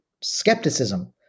skepticism